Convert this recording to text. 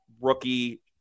rookie